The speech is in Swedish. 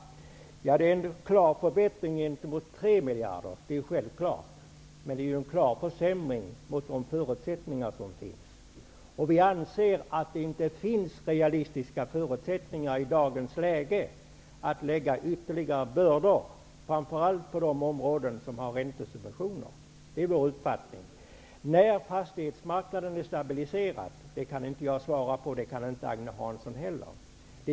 Det är självfallet en klar förbättring jämfört med 3 miljarder. Men det är en försämring om man beaktar de förutsättningar som finns. Vi anser att det i dagens läge inte finns realistiska förutsättningar för att lägga på ytterligare bördor, framför allt inte på de områden som har räntesubventioner. Det är vår uppfattning. Jag kan inte svara på när fastighetsmarknaden kommer att vara stabiliserad, och det kan inte Agne Hansson heller.